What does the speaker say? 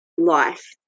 life